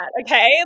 okay